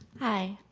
hi.